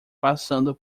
passando